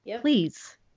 Please